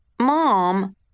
Mom